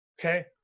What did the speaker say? Okay